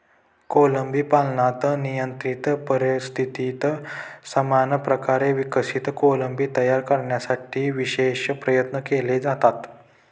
कोळंबी पालनात नियंत्रित परिस्थितीत समान प्रकारे विकसित कोळंबी तयार करण्यासाठी विशेष प्रयत्न केले जातात